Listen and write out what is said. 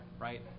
Right